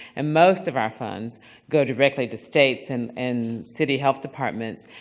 and most of our funds go directly to states and and city health departments.